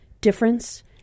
difference